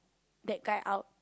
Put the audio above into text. that guy out